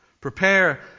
Prepare